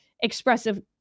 expressive